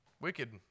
Wicked